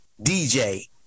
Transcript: DJ